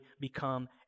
become